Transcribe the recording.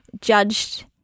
judged